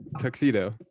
tuxedo